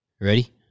Ready